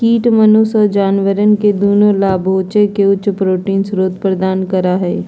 कीट मनुष्य और जानवरवन के दुन्नो लाभोजन के उच्च प्रोटीन स्रोत प्रदान करा हई